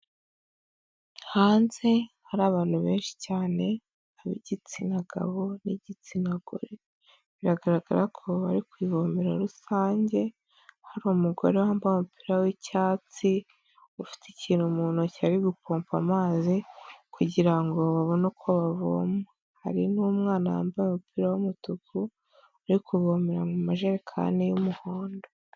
Hanze hari abantu benshi cyane ab'igitsina gabo n'igitsina gore biragaragara ko bari ku ivomera rusange, hari umugore wambaye umupira w'icyatsi ufite ikintu mu ntoki ari gupompa amazi kugirango babone uko bavoma, hari n'umwana wambaye umupira w'umutuku uri kuvomera mu majerekani y'umuhondo.